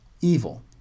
evil